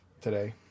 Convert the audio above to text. today